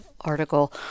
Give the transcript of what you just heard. article